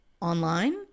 online